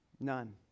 None